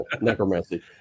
necromancy